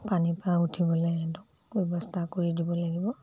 পানী পৰা উঠিবলৈ সিহঁতক ব্যৱস্থা কৰি দিব লাগিব